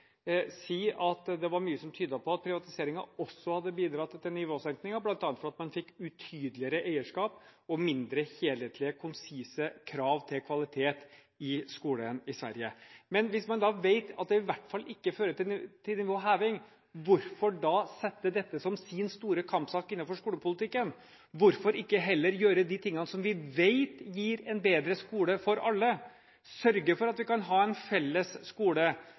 si på et seminar nylig i Oslo at det var mye som tydet på at privatiseringen også hadde bidratt til nivåsenkningen, bl.a. fordi man fikk utydeligere eierskap og mindre helhetlige og konsise krav til kvalitet i skolen i Sverige. Men hvis man vet at det i hvert fall ikke fører til nivåheving, hvorfor sette dette som sin store kampsak innenfor skolepolitikken? Hvorfor ikke heller gjøre de tingene som vi vet gir en bedre skole for alle: sørge for at vi kan ha en felles skole